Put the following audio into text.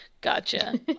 gotcha